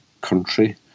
country